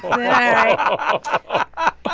i